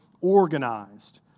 organized